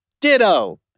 Ditto